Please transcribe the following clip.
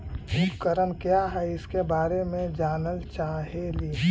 उपकरण क्या है इसके बारे मे जानल चाहेली?